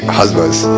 husbands